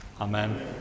Amen